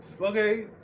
Okay